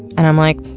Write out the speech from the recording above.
and i'm like,